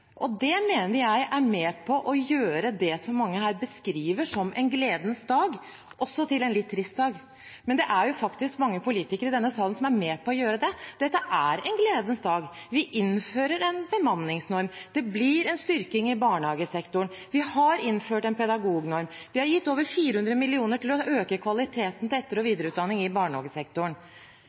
med på å gjøre det som mange her beskriver som en gledens dag, også om til en veldig trist dag. Men det er faktisk mange politikere i denne salen som er med på å gjøre det. Dette er en gledens dag. Vi innfører en bemanningsnorm. Det blir en styrking av barnehagesektoren. Vi har innført en pedagognorm. Vi har gitt over 400 mill. kr til etter- og videreutdanning i barnehagesektoren for å øke kvaliteten.